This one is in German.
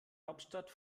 hauptstadt